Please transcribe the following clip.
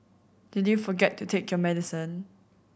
did you forget to take your medicine